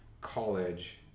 college